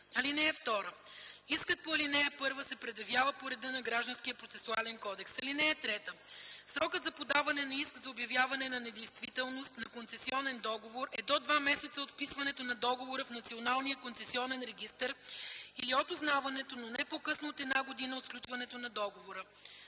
и 7. (2) Искът по ал. 1 се предявява по реда на Гражданския процесуален кодекс. (3) Срокът за подаване на иск за обявяване недействителност на концесионен договор е до два месеца от вписването на договора в Националния концесионен регистър или от узнаването, но не по-късно от една година от сключването на договора.